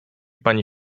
pani